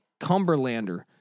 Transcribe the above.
Cumberlander